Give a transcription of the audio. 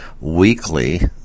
weekly